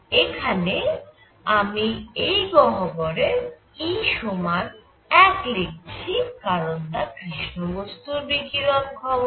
এখানে আমি এই গহ্বরের e সমান 1 লিখছি কারণ তা কৃষ্ণ বস্তুর বিকিরণ ক্ষমতা